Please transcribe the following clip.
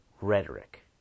rhetoric